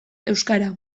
euskara